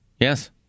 Yes